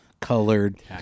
colored